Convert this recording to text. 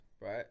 right